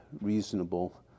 reasonable